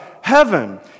heaven